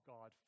God